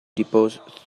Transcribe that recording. deposed